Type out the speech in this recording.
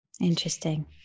Interesting